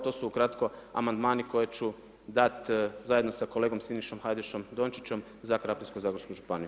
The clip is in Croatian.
To su ukratko amandmani, koji ću dati zajedno sa kolegom Sinišom Hajdašom Dončićem za Krapinsko zagorsku županiju.